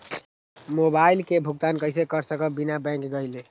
Mobile के भुगतान कईसे कर सकब बिना बैंक गईले?